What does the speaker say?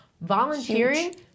volunteering